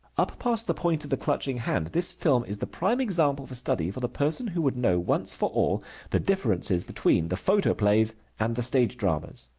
up past the point of the clutching hand this film is the prime example for study for the person who would know once for all the differences between the photoplays and the stage dramas.